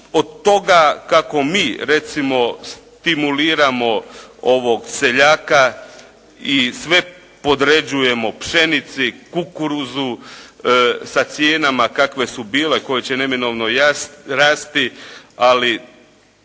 Od toga kako mi recimo stimuliramo seljaka i sve podređujemo pšenici, kukuruzu sa cijenama kakve su bile koje će neminovno rasti, ali